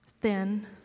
thin